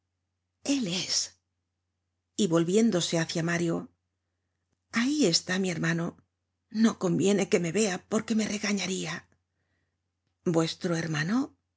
es y volviéndose hácia mario ahí está mi hermano no conviene que me vea porque me regañaria vuestro hermano